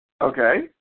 Okay